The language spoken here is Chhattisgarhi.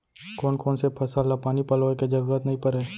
कोन कोन से फसल ला पानी पलोय के जरूरत नई परय?